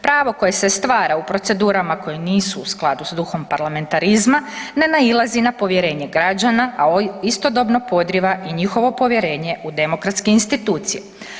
Pravo koje se stvara u procedurama koje nisu u skladu s duhom parlamentarizma ne nailazi na povjerenje građana, a istodobno podrijeva i njihovo povjerenje u demokratske institucije.